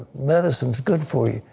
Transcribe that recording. medicine is good for you.